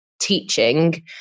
teaching